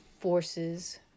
forces